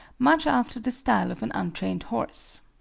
much after the style of an untrained horse.